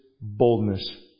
boldness